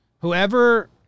Whoever